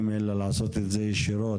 אלא לעשות את זה ישירות.